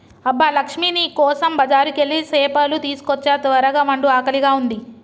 అబ్బ లక్ష్మీ నీ కోసం బజారుకెళ్ళి సేపలు తీసుకోచ్చా త్వరగ వండు ఆకలిగా ఉంది